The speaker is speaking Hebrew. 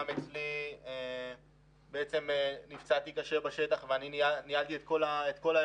אני נפצעתי קשה בשטח ואני ניהלתי את כל האירוע